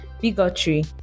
bigotry